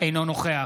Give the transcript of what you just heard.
אינו נוכח